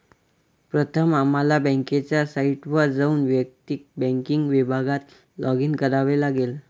प्रथम आम्हाला बँकेच्या साइटवर जाऊन वैयक्तिक बँकिंग विभागात लॉगिन करावे लागेल